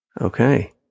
Okay